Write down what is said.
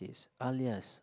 is alias